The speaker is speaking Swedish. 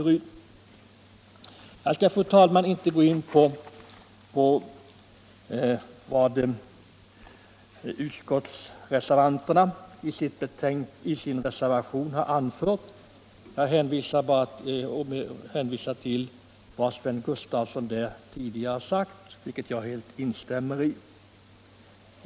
Jag skall, fru talman, inte gå in på vad utskottsreservanterna har anfört, utan jag hänvisar bara till vad Sven Gustafson här tidigare sagt, vilket jag också instämmer i.